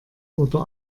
oder